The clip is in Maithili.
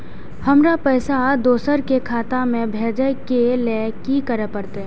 हमरा पैसा दोसर के खाता में भेजे के लेल की करे परते?